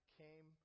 came